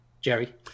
Jerry